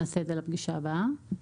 נעשה זאת לפגישה הבאה.